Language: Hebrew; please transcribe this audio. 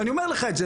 ואני אומר לך את זה,